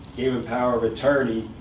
gave him power of attorney.